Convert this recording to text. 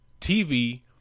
TV